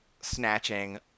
snatching